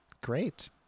great